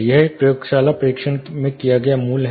यह एक प्रयोगशाला परीक्षण किया गया मूल्य है